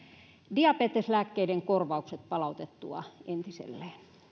diabeteslääkkeiden korvaukset palautettua entiselleen